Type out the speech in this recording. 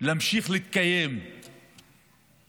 להמשיך להתקיים ולשלוט